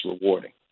rewarding